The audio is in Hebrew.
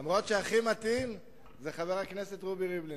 אפילו שחבר הכנסת רובי ריבלין